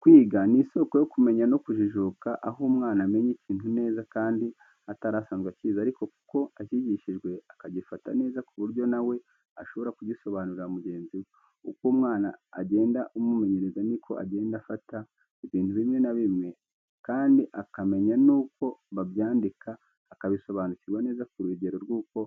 Kwiga ni isoko yo kumenya no kujijuka aho umwana amenya ikintu neza kandi atarasanzwe akizi ariko kuko acyigishijwe akagifata neza ku buryo na we ashobora kugisobanurira mugenzi we. Uko umwana ugenda umumenyereza ni ko agenda afata ibintu bimwe na bimwe kandi akamenya nuko babyandika akabisobanukirwa neza ku rugero rw'uko